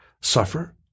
suffer